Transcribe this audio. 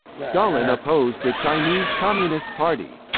stalin opposed the chinese communist party.